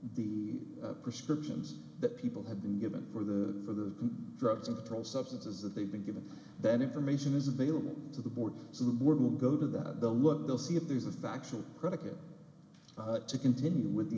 the prescriptions that people have been given for the for the drugs of the trial substances that they've been given that information is available to the board so the board will go to the what they'll see if there's a factual predicate to continue with the